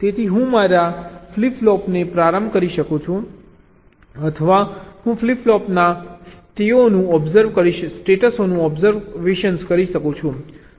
તેથી હું મારા ફ્લિપ ફ્લોપને પ્રારંભ કરી શકું છું અથવા હું ફ્લિપ ફ્લોપના સ્ટેટઓનું ઓબ્સર્વ કરી શકું છું